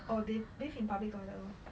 orh they bath in public toilet lor